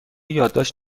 یادداشت